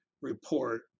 report